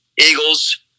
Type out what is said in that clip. Eagles